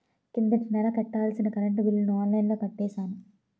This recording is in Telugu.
కిందటి నెల కట్టాల్సిన కరెంట్ బిల్లుని ఆన్లైన్లో కట్టేశాను